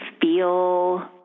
feel